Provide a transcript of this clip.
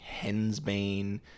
hensbane